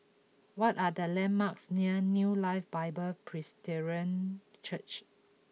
what are the landmarks near New Life Bible Presbyterian Church